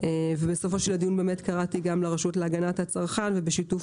בסופו של הדיון קראתי גם לרשות להגנת הצרכן בשיתוף